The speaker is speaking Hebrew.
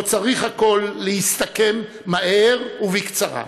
שבו צריך הכול להסתכם מהר ובקצרה,